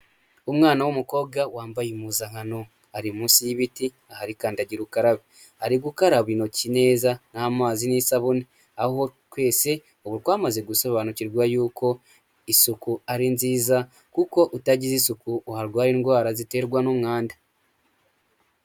Umwana w'umukobwa wambaye impuzankano, ari munsi y'ibiti ahari kandagira ukarabe, ari gukaraba intoki neza n'amazi n'isabune, aho twese ubu twamaze gusobanukirwa yuko isuku ari nziza kuko utagira isuku warwara indwara ziterwa n'umwanda.